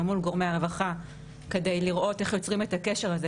מול גורמי הרווחה כדי לראות איך יוצרים את הקשר הזה,